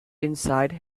inside